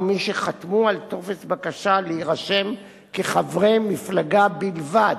מי שחתמו על טופס בקשה להירשם כחברי מפלגה בלבד,